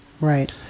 Right